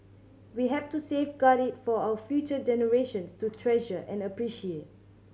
we have to safeguard it for our future generations to treasure and appreciate